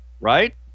right